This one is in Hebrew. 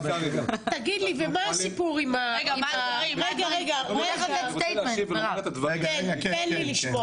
תגיד לי ומה הסיפור עם, רגע, רגע, תן לי לשמוע.